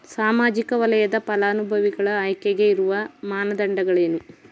ಸಾಮಾಜಿಕ ವಲಯದ ಫಲಾನುಭವಿಗಳ ಆಯ್ಕೆಗೆ ಇರುವ ಮಾನದಂಡಗಳೇನು?